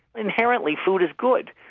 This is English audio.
inherently food is good.